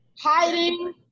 hiding